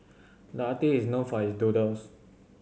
the artist is known for his doodles